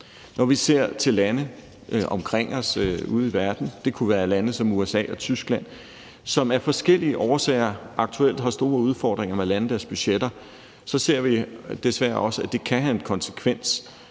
Når vi ser til landene omkring os ude i verden – det kunne være lande som USA og Tyskland – som af forskellige årsager aktuelt har store udfordringer med at lande deres budgetter, så ser vi desværre også, at det kan have en konsekvens